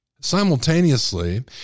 simultaneously